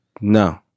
No